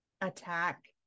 attack